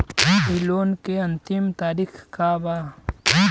इ लोन के अन्तिम तारीख का बा?